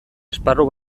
esparru